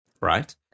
Right